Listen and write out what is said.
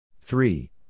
Three